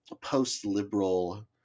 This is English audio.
post-liberal